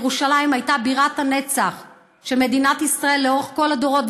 ירושלים הייתה בירת הנצח של מדינת ישראל לאורך כל הדורות,